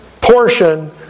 portion